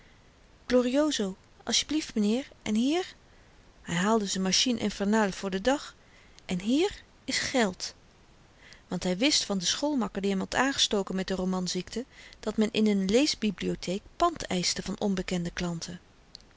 glorioso asjeblieft m'nheer en hier hy haalde z'n machine infernale voor den dag en hier is geld want hy wist van den schoolmakker die hem had aangestoken met de romanziekte dat men in n leesbibliotheek pand eischte van onbekende klanten